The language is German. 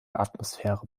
atmosphäre